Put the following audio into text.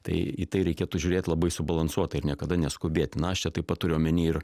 tai į tai reikėtų žiūrėt labai subalansuotai ir niekada neskubėt na aš čia taip pat turiu omeny ir